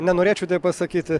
nenorėčiau taip pasakyti